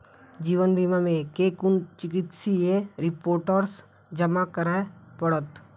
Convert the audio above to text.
जीवन बीमा मे केँ कुन चिकित्सीय रिपोर्टस जमा करै पड़त?